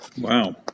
Wow